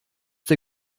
der